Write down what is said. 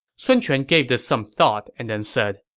sun quan gave this some thought and then said,